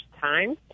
time